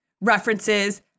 references